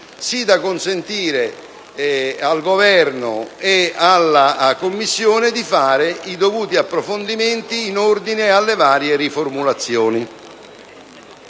così da consentire al Governo e alla Commissione di realizzare i dovuti approfondimenti in ordine alle varie riformulazioni.